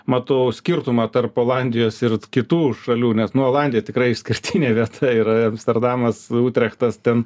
matau skirtumą tarp olandijos ir kitų šalių nes nu olandiją tikrai išskirtinė vieta yra amsterdamas utrechtas ten